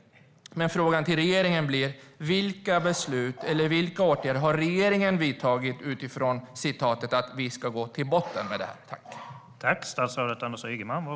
Min fråga till regeringen är: Vilka beslut eller åtgärder har regeringen fattat eller vidtagit utifrån att man "ska gå till botten med det här"?